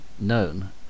known